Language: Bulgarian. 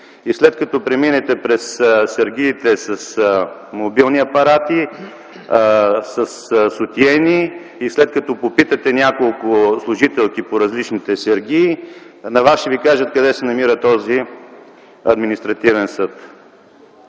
И след като преминете през сергиите с мобилни апарати, със сутиени и попитате няколко служителки по различните сергии, на вас ще ви кажат къде се намира този административен съд.